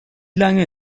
lange